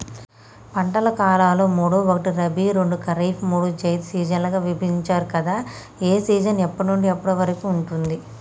పంటల కాలాలు మూడు ఒకటి రబీ రెండు ఖరీఫ్ మూడు జైద్ సీజన్లుగా విభజించారు కదా ఏ సీజన్ ఎప్పటి నుండి ఎప్పటి వరకు ఉంటుంది?